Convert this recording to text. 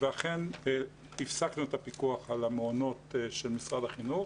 ואכן הפסקנו את הפיקוח על המעונות של משרד החינוך